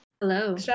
Hello